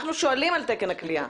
אנחנו שואלים את תקן הכליאה.